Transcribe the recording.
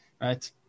right